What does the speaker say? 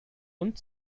und